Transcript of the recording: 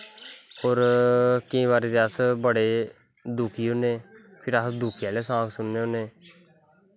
और केंई बारी ते अस बड़े जादा दुखी होनें फिर अस दुखी आह्ले सांग सुननें होनें